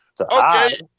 Okay